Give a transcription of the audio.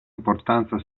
importanza